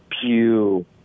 Pew